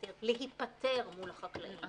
אבל,